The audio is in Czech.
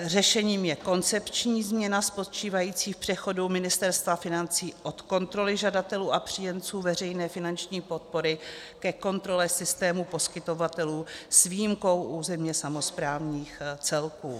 Řešením je koncepční změna spočívající v přechodu Ministerstva financí od kontroly žadatelů a příjemců veřejné finanční podpory ke kontrole systému poskytovatelů s výjimkou územně samosprávných celků.